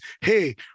hey